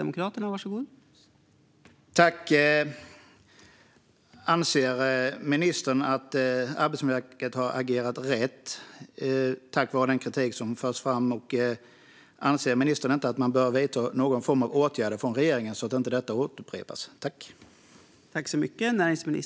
Fru talman! Anser ministern att Arbetsmiljöverket har agerat rätt när det gäller den kritik som har förts fram? Anser inte ministern att man behöver vidta någon form av åtgärder från regeringen så att detta inte upprepas?